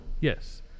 Yes